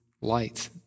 light